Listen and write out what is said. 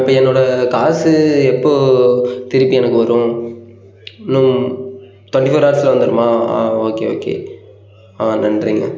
இப்போ என்னோடய காசு எப்போது திருப்பி எனக்கு வரும் இன்னும் டொண்ட்டி ஃபோர் ஹவர்ஸில் வந்துடுமா ஆ ஓகே ஓகே ஆ நன்றிங்க